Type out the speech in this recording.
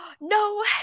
no